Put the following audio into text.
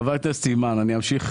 חברת הכנסת אימאן ח'טיב יאסין,